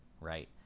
right